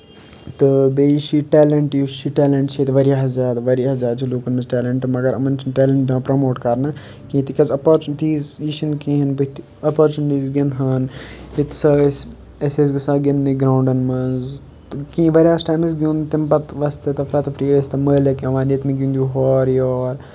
تہٕ بیٚیہِ یُس یہِ ٹیلَنٹ یُس یہِ ٹیلَنٹ چھِ ییٚتہِ واریاہ زیادٕ واریاہ زیادٕ چھِ لوٗکَن منٛز ٹیلَنٹ مَگَر یِمَن چھِنہٕ ٹیلَنٹ یِوان پرٛموٹ کَرنہٕ کینٛہہ تِکیٛازِ اَپَرچُنِٹیٖز یہِ چھِنہٕ کِہیٖنۍ بٕتھِ اَپَرچُنِٹیٖز گِنٛدہَن ییٚتہِ ہَسا ٲسۍ أسۍ ٲسۍ گژھان گِنٛدنہِ گرٛاوُنٛڈَن منٛز تہٕ کینٛہہ واریاہَس ٹایمَس گیُنٛد تمہِ پَتہٕ وۄستہٕ تَفرَہ تَفری ٲسۍ تِم مٲلِک یِوان ییٚتہِ مےٚ گِنٛدِو ہور یور